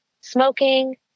smoking